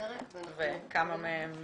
כמה מהם